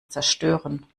zerstören